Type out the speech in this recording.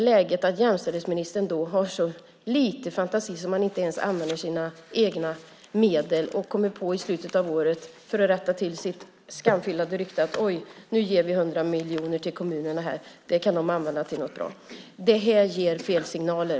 Att jämställdhetsministern i det läget har så lite fantasi att hon inte ens använder sina egna medel och sedan i slutet av året för att rätta till sitt skamfilade rykte ger 100 miljoner till kommunerna för att göra något bra ger fel signaler.